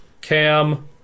Cam